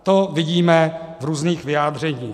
To vidíme v různých vyjádřeních.